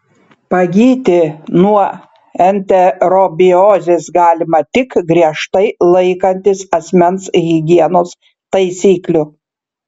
pagyti nuo enterobiozės galima tik griežtai laikantis asmens higienos taisyklių